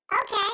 Okay